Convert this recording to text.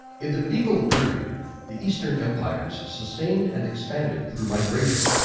in the medieval period the eastern empires sustained and expanded through migration,